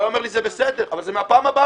והוא היה אומר לי: זה בסדר, אבל זה מהפעם הבאה,